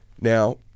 Now